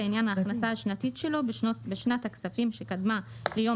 לעניין ההכנסה השנתית שלו בשנת הכספים שקדמה ליום